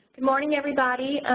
good morning everybody.